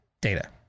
data